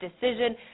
decision